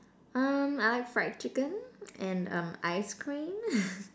um I like fried chicken and um ice cream